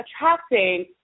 attracting